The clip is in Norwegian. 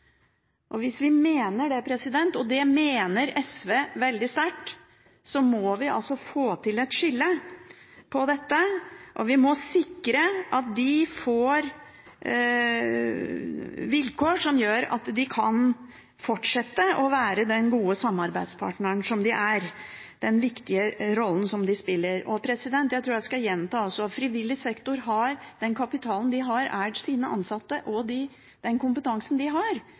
Hvis vi mener det – og det mener SV veldig sterkt – må vi få til et skille når det gjelder dette. Vi må sikre at de får vilkår som gjør at de kan fortsette å være den gode samarbeidspartneren de er, og spille den viktige rollen de gjør. Jeg tror jeg skal gjenta: Den kapitalen frivillig sektor har, er de ansatte og den kompetansen de har. Hvis de mister et anbud, er de «out of business», mens de